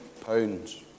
pounds